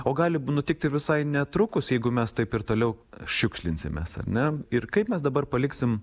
o gali nutikti visai netrukus jeigu mes taip ir toliau šiukšlinsimės ar ne ir kaip mes dabar paliksim